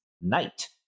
Knight